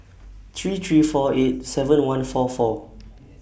three three four eight seven one four four